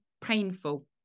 painful